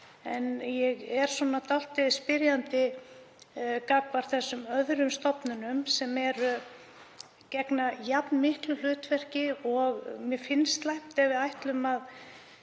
En ég er dálítið spyrjandi gagnvart þessum öðrum stofnunum sem gegna jafn miklu hlutverki og mér finnst slæmt ef við ætlum